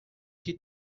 que